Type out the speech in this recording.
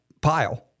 pile